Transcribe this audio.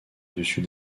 dessus